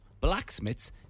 blacksmiths